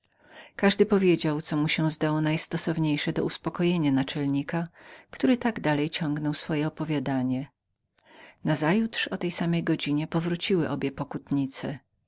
każdy powiedział co mu się zdało najstósowniejszem do zaspokojenia naczelnika który tak dalej ciągnął swoje opowiadanie nazajutrz o tej samej godzinie powróciły obie pokutnice